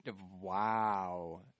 Wow